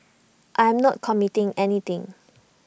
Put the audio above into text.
I am not committing anything